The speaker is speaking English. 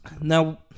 Now